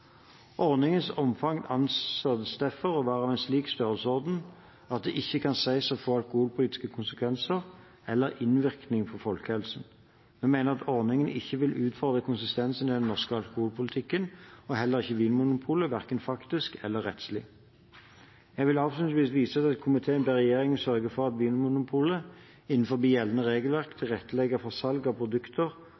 Ordningens omfang antas derfor å være av en slik størrelsesorden at det ikke kan sies å få alkoholpolitiske konsekvenser eller innvirkning på folkehelsen. Vi mener at ordningen ikke vil utfordre konsistensen i den norske alkoholpolitikken, og heller ikke Vinmonopolet, verken faktisk eller rettslig. Jeg vil avslutningsvis vise til at komiteen ber regjeringen «sørge for at Vinmonopolet, innenfor gjeldende regelverk,